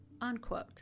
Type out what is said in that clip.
unquote